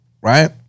right